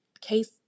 case